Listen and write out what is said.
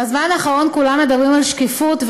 בזמן האחרון כולם מדברים על שקיפות,